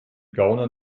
gaunern